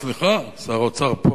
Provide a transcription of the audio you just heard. סליחה, שר האוצר פה.